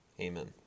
Amen